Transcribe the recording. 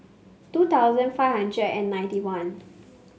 two thousand five hundred and ninety one